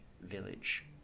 village